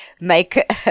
make